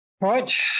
Right